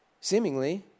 Seemingly